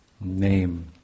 name